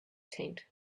tent